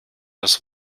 das